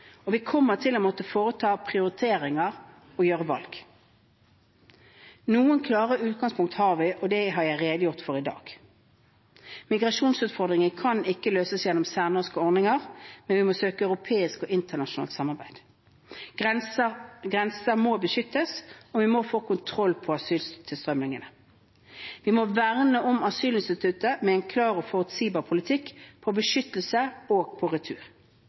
og vi kommer til å måtte foreta prioriteringer og gjøre valg. Noen klare utgangspunkt har vi, og dem har jeg har redegjort for i dag. Migrasjonsutfordringene kan ikke løses gjennom særnorske ordninger, men vi må søke europeisk og internasjonalt samarbeid. Grenser må beskyttes, og vi må få kontroll på asylstrømmene. Vi må verne om asylinstituttet med en klar og forutsigbar politikk for beskyttelse og retur.